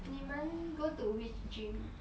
你们 go to which gym